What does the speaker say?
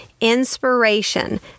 inspiration